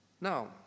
Now